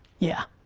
yeah.